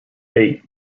eight